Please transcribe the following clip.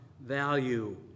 value